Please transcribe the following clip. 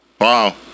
Wow